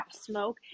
smoke